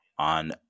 On